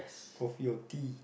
coffee or tea